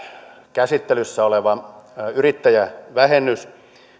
käsittelyssä oleva yrittäjävähennys